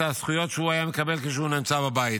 הזכויות שהוא היה מקבל כשהוא נמצא בבית.